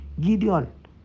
gideon